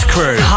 Crew